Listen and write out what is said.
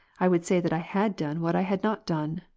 i would say that i had done what i had not done,